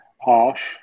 harsh